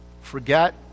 forget